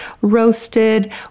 roasted